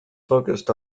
focused